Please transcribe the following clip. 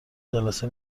جلسه